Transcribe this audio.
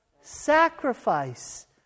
sacrifice